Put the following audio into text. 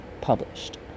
published